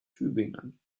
tübingen